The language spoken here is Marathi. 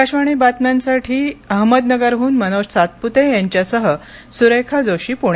आकाशवाणी बातम्यांसाठी अहमदनगरहन मनोज सातपुते यांच्यासह सुरेखा जोशी पुणे